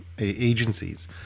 agencies